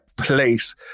place